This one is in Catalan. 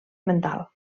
mental